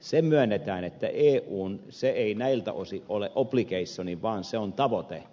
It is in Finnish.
se myönnetään että eussa se ei näiltä osin ole obligation vaan se on tavoite